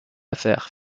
affaire